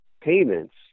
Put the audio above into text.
payments